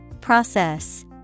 Process